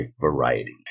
variety